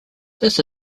this